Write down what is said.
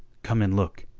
come and look.